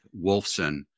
Wolfson